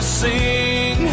sing